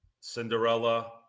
Cinderella